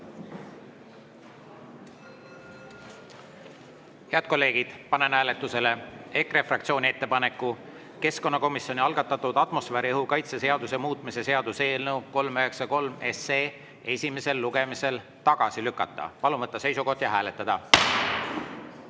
kolleegid, panen hääletusele EKRE fraktsiooni ettepaneku keskkonnakomisjoni algatatud atmosfääriõhu kaitse seaduse muutmise seaduse eelnõu 393 esimesel lugemisel tagasi lükata. Palun võtta seisukoht ja hääletada!